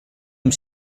amb